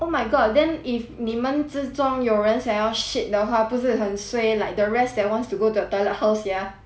oh my god then if 你们之中有人想要 shit 的话不是很 suay like the rest that wants to go to the toilet how sia